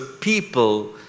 people